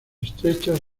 estrechas